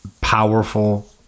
powerful